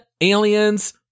Aliens